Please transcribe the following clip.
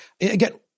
Again